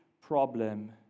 problem